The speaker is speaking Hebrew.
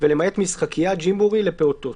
ולמעט משחקיה, ג'ימבורי, לפעוטות.